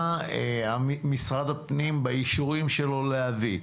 מה משרד הפנים באישורים שלו להביא.